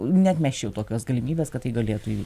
neatmesčiau tokios galimybės kad tai galėtų